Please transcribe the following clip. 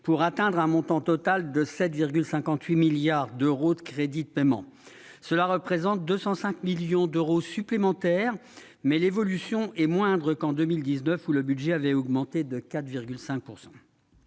pour atteindre un montant total de 7,58 milliards d'euros de crédits de paiement, cela représente 205 millions d'euros supplémentaires mais l'évolution est moindre qu'en 2019 ou le budget avait augmenté de 4,5